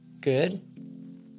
Good